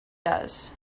does